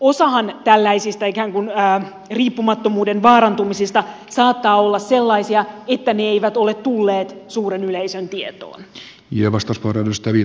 osahan tällaisista ikään kuin riippumattomuuden vaarantumisista saattaa olla sellaisia että ne eivät ole tulleet suuren yleisön tietoon